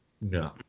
No